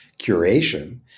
curation